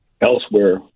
elsewhere